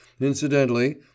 Incidentally